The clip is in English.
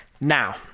now